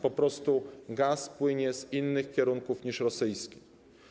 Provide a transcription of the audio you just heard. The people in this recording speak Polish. Po prostu gaz płynie z innych kierunków niż rosyjski.